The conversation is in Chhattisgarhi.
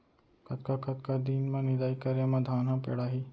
कतका कतका दिन म निदाई करे म धान ह पेड़ाही?